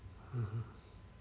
mmhmm